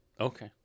okay